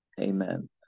Amen